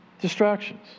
Distractions